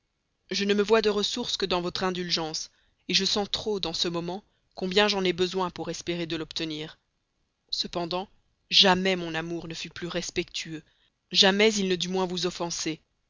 je ne me vois de ressource que dans votre indulgence je sens trop dans ce moment combien j'en ai besoin pour espérer de l'obtenir cependant jamais mon amour ne fut plus respectueux jamais il ne dut moins vous offenser